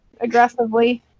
aggressively